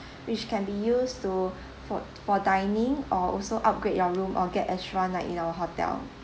which can be used to for for dining or also upgrade your room or get extra night in our hotel